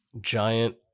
giant